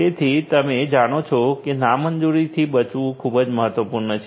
તેથી તમે જાણો છો નામંજૂરથી બચવું ખૂબ જ મહત્વપૂર્ણ છે